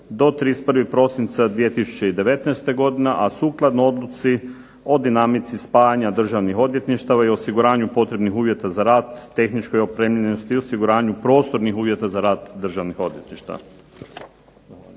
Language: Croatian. do 31. prosinca 2019. godine, a sukladno odluci o dinamici spajanja Državnih odvjetništava i osiguravanju potrebnih uvjeta za rad, tehničkoj opremljenosti, osiguranju prostornih uvjeta za rad državnih odvjetništava.